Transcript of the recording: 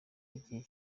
igihe